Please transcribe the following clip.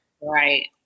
Right